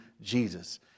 Jesus